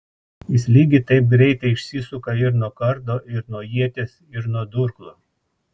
jis lygiai taip greitai išsisuka ir nuo kardo ir nuo ieties ir nuo durklo